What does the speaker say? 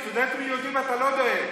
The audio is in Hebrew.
לסטודנטים יהודים אתה לא דואג.